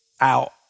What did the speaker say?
out